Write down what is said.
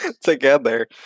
together